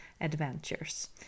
adventures